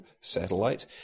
satellite